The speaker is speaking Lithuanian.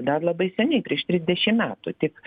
dar labai seniai prieš trisdešim metų tik